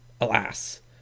alas